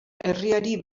herriari